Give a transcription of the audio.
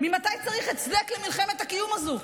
ממתי צריך הצדק למלחמת הקיום הזו?